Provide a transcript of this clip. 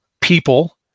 People